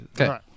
okay